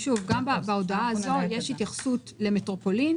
גם בהודעה הזו יש התייחסות למטרופולין